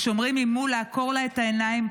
השומרים איימו לעקור לה את העיניים,